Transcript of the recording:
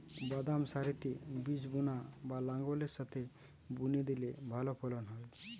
বাদাম সারিতে বীজ বোনা না লাঙ্গলের সাথে বুনে দিলে ভালো ফলন হয়?